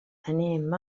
anem